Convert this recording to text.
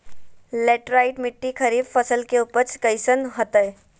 Laterite मिट्टी खरीफ फसल के उपज कईसन हतय?